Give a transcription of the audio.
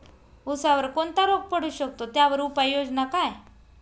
ऊसावर कोणता रोग पडू शकतो, त्यावर उपाययोजना काय?